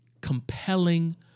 compelling